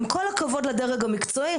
עם כל הכבוד לדרג המקצועי,